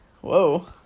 Whoa